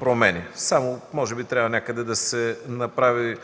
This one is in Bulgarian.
промени, само може би трябва някъде да се направи